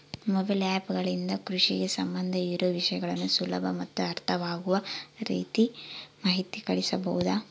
Mobile app ಗಳಿಂದ ಕೃಷಿಗೆ ಸಂಬಂಧ ಇರೊ ವಿಷಯಗಳನ್ನು ಸುಲಭ ಮತ್ತು ಅರ್ಥವಾಗುವ ರೇತಿ ಮಾಹಿತಿ ಕಳಿಸಬಹುದಾ?